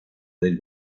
del